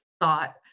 thought